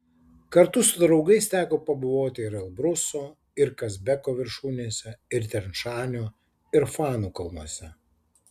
kartu su draugais teko pabuvoti ir elbruso ir kazbeko viršūnėse ir tian šanio ir fanų kalnuose